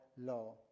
law